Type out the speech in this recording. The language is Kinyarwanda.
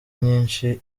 nyinshi